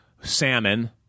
salmon